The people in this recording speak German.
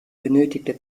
benötigte